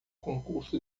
concurso